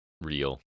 real